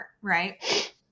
right